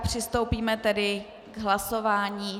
Přistoupíme tedy k hlasování.